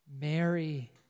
Mary